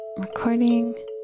recording